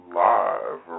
live